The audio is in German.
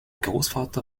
großvater